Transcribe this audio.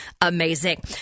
amazing